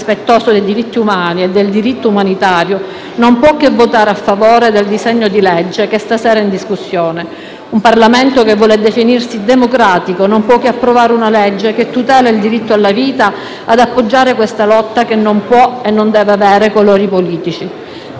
rispettoso dei diritti umani e del diritto umanitario non può che votare a favore del disegno di legge che stasera è in discussione. Un Parlamento che vuole definirsi democratico non può che approvare una legge che tutela il diritto alla vita e appoggiare questa lotta che non può e non deve avere colori politici.